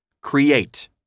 Create